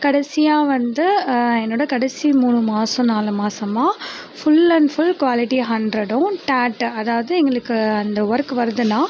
கடைசியாக வந்து என்னோடய கடைசி மூணு மாதம் நாலு மாதமா ஃபுல் அண்ட் ஃபுல் குவாலிட்டி ஹண்ட்ரடும் டாட் அதாவது எங்களுக்கு அந்த ஒர்க்கு வருதுன்னால்